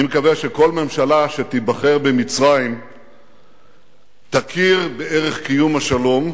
אני מקווה שכל ממשלה שתיבחר במצרים תכיר בערך קיום השלום,